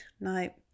no